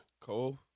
Cole